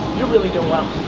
you're really doing well.